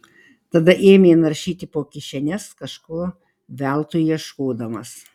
tada ėmė naršyti po kišenes kažko veltui ieškodamas